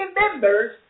members